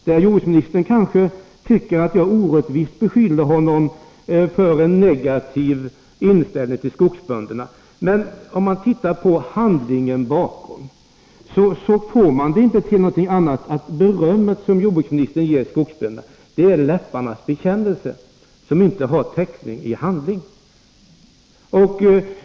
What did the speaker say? Jordbruksministern tycker kanske att jag orättvist beskyller honom för att ha en negativ inställning till skogsbönderna, men om man ser på de här förslagen får man det inte till någonting annat än att det beröm som jordbruksministern ger skogsbönderna är en läpparnas bekännelse som inte har täckning i handling.